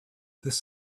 this